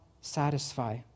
satisfy